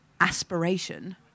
aspiration